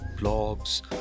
blogs